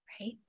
right